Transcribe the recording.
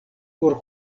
por